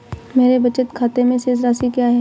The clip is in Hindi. मेरे बचत खाते में शेष राशि क्या है?